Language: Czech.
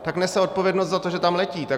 Tak nese odpovědnost za to, že tam letí.